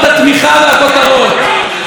התמיכה והכותרות.